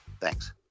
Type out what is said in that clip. Thanks